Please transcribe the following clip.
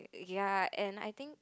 ya and I think